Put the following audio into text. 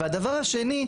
והדבר השני,